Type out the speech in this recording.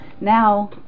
now